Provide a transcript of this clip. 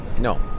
no